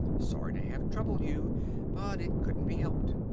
sorry to have troubled you but it couldn't be helped.